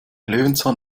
löwenzahn